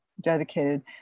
dedicated